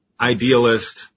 idealist